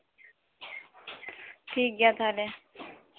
ᱴᱷᱤᱠ ᱜᱮᱭᱟ ᱛᱟᱦᱞᱮ